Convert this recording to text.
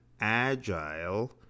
agile